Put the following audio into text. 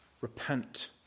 Repent